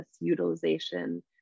utilization